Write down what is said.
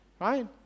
Right